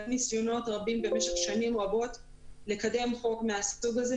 היו ניסיונות רבים במשך שנים רבות לקדם חוק מהסוג הזה,